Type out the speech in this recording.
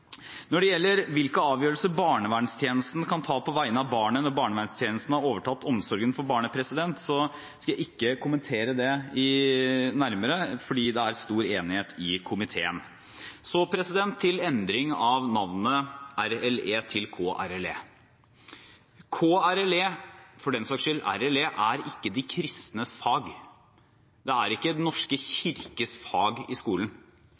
Når det gjelder hvilke avgjørelser barnevernstjenesten kan ta på vegne av barnet når barnevernstjenesten har overtatt omsorgen for barnet, skal jeg ikke kommentere det nærmere, for det er stor enighet om det i komiteen. Så til endring av navnet RLE til KRLE. KRLE – og for den saks skyld RLE – er ikke de kristnes fag. Det er ikke Den norske kirkes fag i skolen.